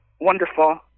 wonderful